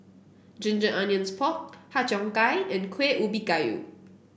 Ginger Onions Pork Har Cheong Gai and Kuih Ubi Kayu